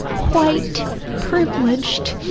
white, privileged,